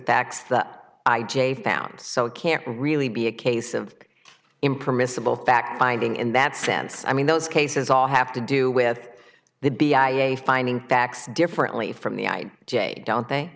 that i j found so it can't really be a case of impermissible fact finding in that sense i mean those cases all have to do with the b i a finding facts differently from the i j don't they